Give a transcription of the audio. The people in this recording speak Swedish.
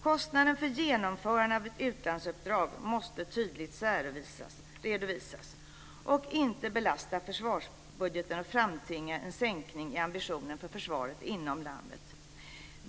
Kostnaden för genomförandet av ett utlandsuppdrag måste tydligt särredovisas och inte belasta försvarsbudgeten och framtvinga en sänkning i ambitionen för försvaret inom landet.